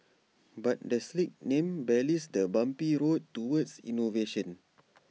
but the slick name belies the bumpy road towards innovation